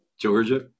Georgia